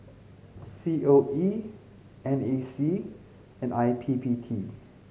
C O E N A C and I P P T